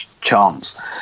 chance